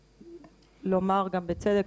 לומר גם בצדק,